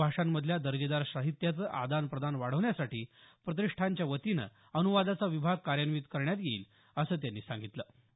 विविध भाषांमधल्या दर्जेदार साहित्याचं आदान प्रदान वाढवण्यासाठी प्रतिष्ठानच्या वतीनं अनुवादाचा विभाग कार्यान्वित करण्यात येईल असं त्यांनी सांगितलं